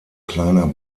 kleiner